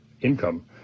income